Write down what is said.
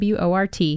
WORT